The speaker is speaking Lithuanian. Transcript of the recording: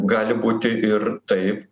gali būti ir taip